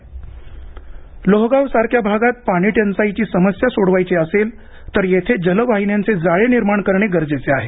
जलवाहिन्या जाळे लोहगाव सारख्या भागात पाणीटंचाईची समस्या सोडवायची असेल तर येथे जलवाहिन्यांचे जाळे निर्माण करणे गरजेचे आहे